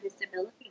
disability